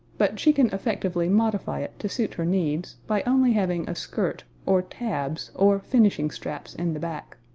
but she can effectively modify it to suit her needs, by only having a skirt, or tabs, or finishing straps in the back.